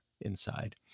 inside